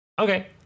Okay